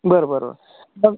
बरं बरं पण